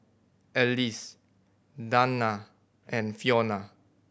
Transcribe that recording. Alease Dayna and Fiona